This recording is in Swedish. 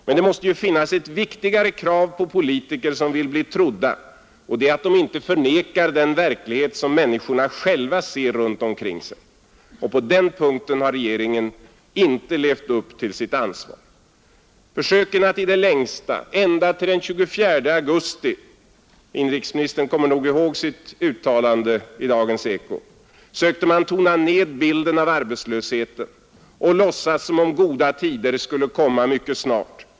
Men det måste ju finnas ett viktigare krav på politiker som vill bli trodda, och det är att de inte förnekar den verklighet som människorna själva ser runt omkring sig. På den punkten har regeringen inte levt upp till sitt ansvar. I det längsta, ända till den 24 augusti — inrikesministern kommer nog i håg sitt uttalande i Dagens eko — försökte man tona ned bilden av arbetslösheten och låtsas som om goda tider skulle komma mycket snart.